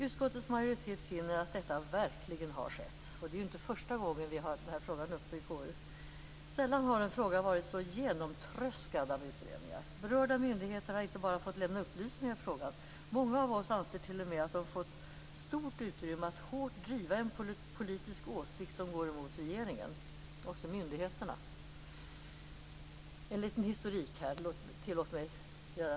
Utskottets majoritet finner att detta verkligen har skett. Det är inte första gången vi haft frågan uppe i KU. Sällan har en fråga varit så genomtröskad av utredningar. Berörda myndigheter har inte bara fått lämna upplysningar i frågan, utan många av oss anser t.o.m. att de fått stort utrymme att hårt driva en politisk åsikt som går emot regeringen, också myndigheterna. Fru talman! Tillåt mig att göra en liten historik.